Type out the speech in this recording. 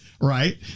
right